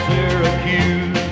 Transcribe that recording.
Syracuse